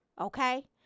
Okay